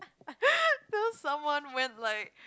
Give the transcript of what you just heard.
till someone went like